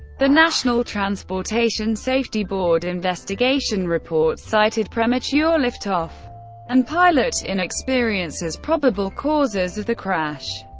the national transportation safety board investigation report cited premature liftoff and pilot inexperience as probable causes of the crash.